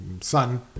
son